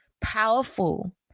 powerful